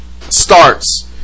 starts